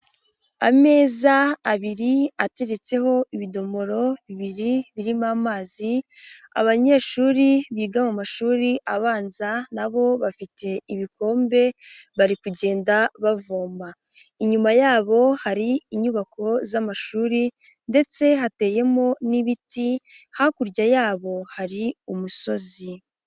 Ameza abiri ateretseho ibidomoro bibiri birimo amazi, abanyeshuri biga mu mashuri abanza na bo bafite ibikombe bari kugenda bavoma, inyuma yabo hari inyubako z'amashuri ndetse hateyemo n'ibiti, hakurya yabo hari umusozi.